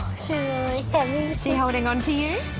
and she holding on to you?